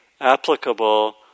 applicable